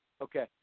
Okay